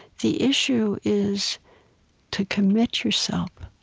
the issue is to commit yourself